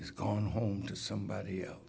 is going home to somebody else